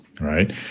right